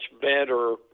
better